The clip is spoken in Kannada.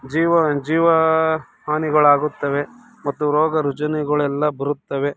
ಜೀವ ಜೀವ ಹಾನಿಗಳಾಗುತ್ತವೆ ಮತ್ತು ರೋಗ ರುಜಿನಗಳೆಲ್ಲಾ ಬರುತ್ತವೆ